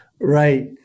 Right